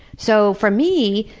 so for me,